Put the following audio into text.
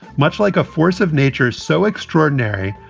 much like a force of nature, so extraordinary.